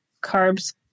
carbs